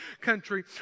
country